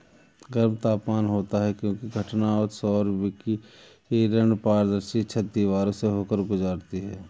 गर्म तापमान होता है क्योंकि घटना सौर विकिरण पारदर्शी छत, दीवारों से होकर गुजरती है